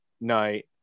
night